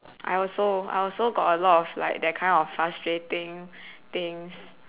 I also I also got a lot of like that kind of frustrating things